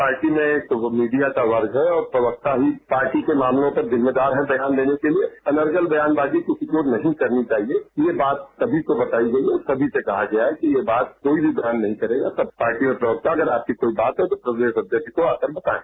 party में media का वर्ग है और प्रवक्ता ही पार्टी के मामलों जिम्मेदार हैं ध्यान देने के लिए अनरगन बयान बाजी किसी को नहीं करनी चाहिए ये बात सभी को बताई गई है सभी को कहा गया है कि ये बात कोई भी नहीं करेगा सब पार्टी और प्रवक्ता अगर आपकी कोई बात है तो प्रदेश अध्यक्ष को बताया है